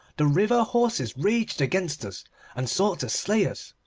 the river-horses raged against us and sought to slay us.